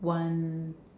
one